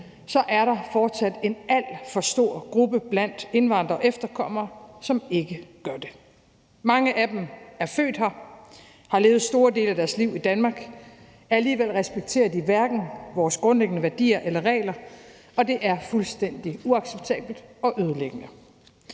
er der fortsat en alt for stor gruppe blandt indvandrere og efterkommere, som ikke gør det. Mange af dem er født her og har levet store dele af deres liv i Danmark. Alligevel respekterer de hverken vores grundlæggende værdier eller regler, og det er fuldstændig uacceptabelt og ødelæggende.